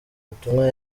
butumwa